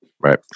Right